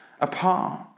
apart